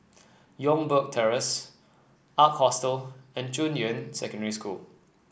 Youngberg Terrace Ark Hostel and Junyuan Secondary School